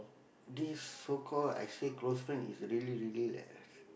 this so called I say close friend is really really like a